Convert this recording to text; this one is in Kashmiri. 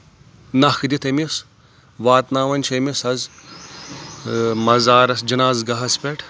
نخ دِتھ أمِس واتناوان چھِ أمِس حظ مزارس جنازگاہس پؠٹھ